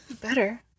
better